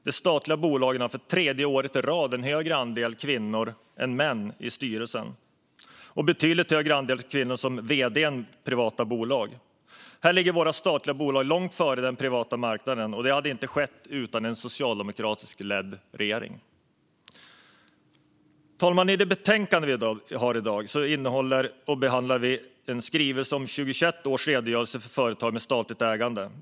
De statliga bolagen har för tredje året i rad en större andel kvinnor än män i styrelserna och en betydligt större andel kvinnor som vd än privata bolag. Här ligger våra statliga bolag långt före den privata marknaden, och detta hade inte skett utan en socialdemokratiskt ledd regering. Herr talman! I det betänkande vi i dag debatterar behandlar vi regeringens skrivelse om 2021 års redogörelse för företag med statligt ägande.